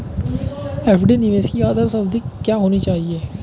FD निवेश की आदर्श अवधि क्या होनी चाहिए?